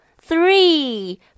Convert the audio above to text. three